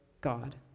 God